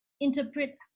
interpret